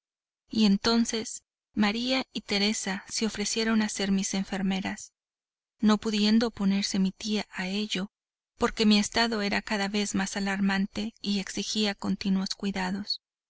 y entonces maría y teresa se ofrecieron a ser mis enfermeras no pudiendo oponerse mi tía a ello porque mi estado era cada vez más alarmante y exigía continuos cuidados